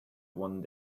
one